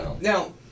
Now